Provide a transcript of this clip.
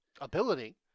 ability